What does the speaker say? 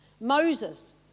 Moses